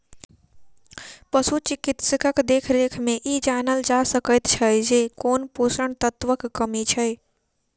पशु चिकित्सकक देखरेख मे ई जानल जा सकैत छै जे कोन पोषण तत्वक कमी छै